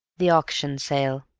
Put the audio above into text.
the auction sale